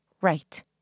Right